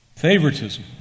favoritism